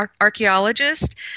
archaeologist